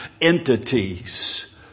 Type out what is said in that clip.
entities